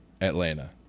Atlanta